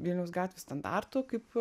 vilniaus gatvės standartu kaip